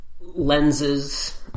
lenses